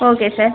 okay sir